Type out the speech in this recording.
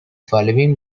following